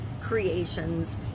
creations